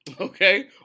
Okay